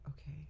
okay